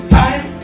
time